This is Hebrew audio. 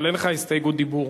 אין לך הסתייגות דיבור.